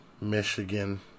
Michigan